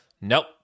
Nope